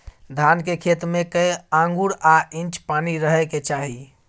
धान के खेत में कैए आंगुर आ इंच पानी रहै के चाही?